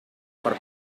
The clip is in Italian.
far